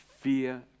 fear